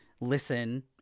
listen